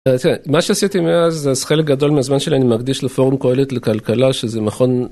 מה שעשיתי מאז, אז חלק גדול מהזמן שלי אני מקדיש לפורום קהילת לכלכלה שזה מכון...